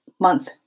month